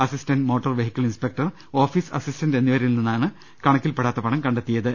assistant motor vehicle inspector office assistant എന്നിവരിൽ നിന്നാണ് കണക്കിൽ പെടാത്ത പണം കണ്ടെത്തിയത്